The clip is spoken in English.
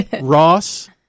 Ross